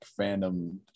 fandom